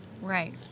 Right